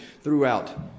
throughout